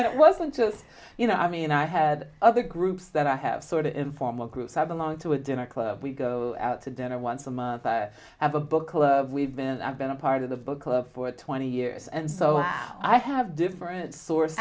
that wasn't just you know i mean i had other groups that i have sort of informal groups i belong to a dinner club we go out to dinner once and i have a book club we've been i've been a part of the book club for twenty years and so i have different sources